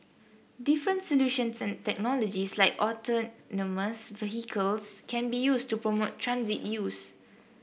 different solutions and technologies like autonomous vehicles can be used to promote transit use